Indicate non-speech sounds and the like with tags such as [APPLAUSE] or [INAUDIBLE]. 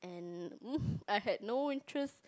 and [NOISE] I had no interest